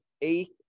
eighth